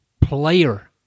player